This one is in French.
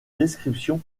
descriptions